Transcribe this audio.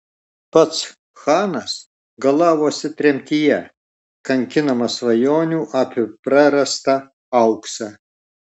pats chanas galavosi tremtyje kankinamas svajonių apie prarastą auksą